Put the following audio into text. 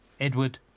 Edward